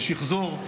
לשחזור.